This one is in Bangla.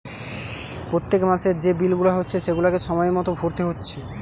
পোত্তেক মাসের যে বিল গুলা হচ্ছে সেগুলাকে সময় মতো ভোরতে হচ্ছে